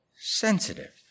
sensitive